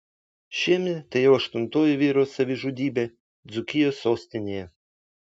šiemet tai jau aštuntoji vyro savižudybė dzūkijos sostinėje